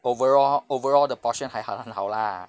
overall overall the portion 还好很好 lah